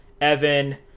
evan